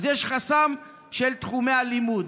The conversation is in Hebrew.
אז יש חסם של תחומי הלימוד.